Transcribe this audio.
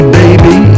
baby